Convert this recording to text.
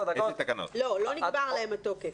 לא, לא נגמר להן התוקף.